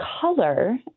color